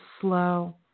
slow